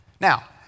Now